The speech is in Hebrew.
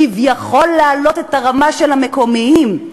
כביכול להעלות את הרמה של המקומיים,